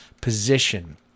position